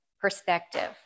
perspective